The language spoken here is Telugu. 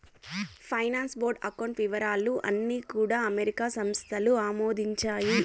ఫైనాన్స్ బోర్డు అకౌంట్ వివరాలు అన్నీ కూడా అమెరికా సంస్థలు ఆమోదించాయి